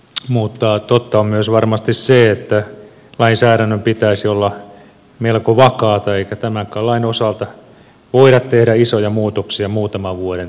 totta on varmasti myös se että lainsäädännön pitäisi olla melko vakaata eikä tämänkään lain osalta voida tehdä isoja muutoksia muutaman vuoden välein